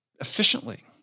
efficiently